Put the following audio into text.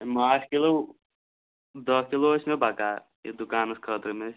ماچھ کِلوٗ دہ کِلوٗ ٲسۍ مےٚ بَکار یہِ دُکانَس خٲطرٕ مےٚ